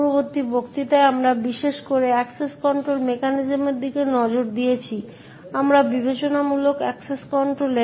পূর্ববর্তী বক্তৃতায় আমরা বিশেষ করে এক্সেস কন্ট্রোল মেকানিজমের দিকে নজর দিয়েছি আমরা বিবেচনামূলক অ্যাক্সেস কন্ট্রোলের